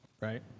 Right